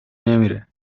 نمیره